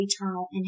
eternal